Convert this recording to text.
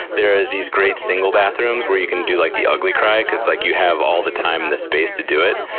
there are these great single bathroom where you can do like the ugly cry, because like you have all the time and the space to do it,